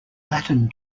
latin